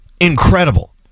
Incredible